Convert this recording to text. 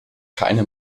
keine